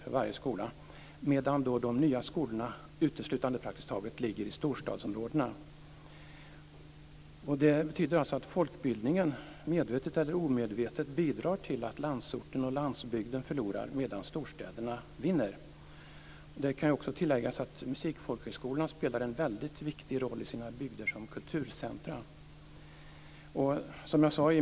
De nya skolorna ligger praktiskt taget uteslutande i storstadsområdena. Folkbildningsrådet bidrar medvetet eller omedvetet till att landsbygden förlorar medan storstäderna vinner. Musikfolkhögskolorna spelar en viktig roll i bygderna som kulturcentrum.